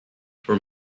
for